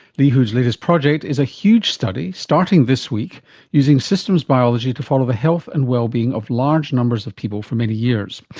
lee hood's latest project is a huge study starting this week using systems biology to follow the health and well-being of large numbers of people for many years.